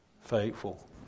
faithful